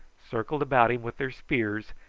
circled about him with their spears,